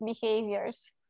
behaviors